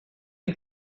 rit